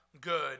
good